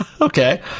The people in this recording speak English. okay